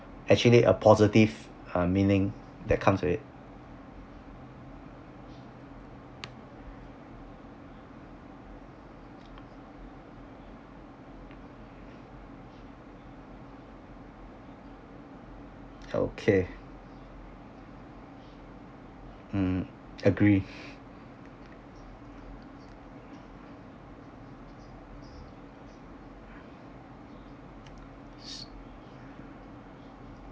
actually a positive uh meaning that comes with it okay mm agree